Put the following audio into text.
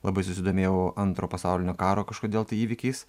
labai susidomėjau antro pasaulinio karo kažkodėl tai įvykiais